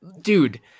Dude